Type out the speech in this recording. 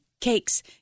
cakes